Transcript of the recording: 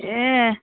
ए